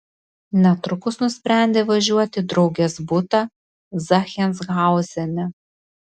netrukus nusprendė važiuoti į draugės butą zachsenhauzene